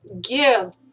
Give